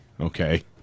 Okay